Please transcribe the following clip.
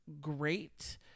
great